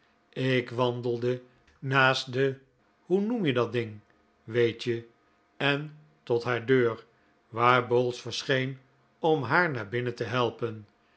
ik wandelde naast de hoe noem je dat ding weet je en tot haar deur waar bowls verscheen om haar naar binnen te helpen